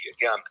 again